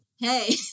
Hey